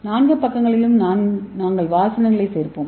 நான்கு பக்கங்களிலும் வாஸ்லைனைச் சேர்ப்போம்